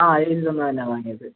ആ എഴുതി തന്നത് തന്നെ വാങ്ങിയത്